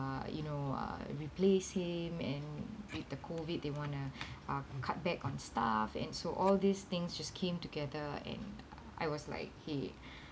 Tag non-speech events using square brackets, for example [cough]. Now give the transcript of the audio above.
you know uh replace him and with the COVID they want to [breath] uh cut back on staff and so all these things just came together and I was like okay